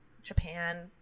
Japan